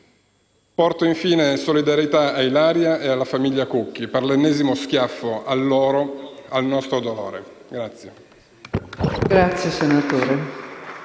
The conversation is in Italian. Porto, infine, solidarietà a Ilaria e all'intera famiglia Cucchi per l'ennesimo schiaffo al loro e al nostro dolore.